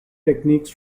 techniques